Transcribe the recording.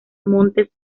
montes